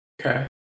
Okay